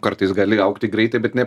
kartais gali augti greitai bet ne